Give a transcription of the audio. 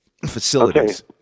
facilities